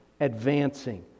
advancing